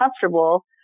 comfortable